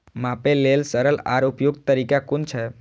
मापे लेल सरल आर उपयुक्त तरीका कुन छै?